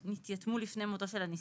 (1)נתייתמו לפני מותו של הנספה,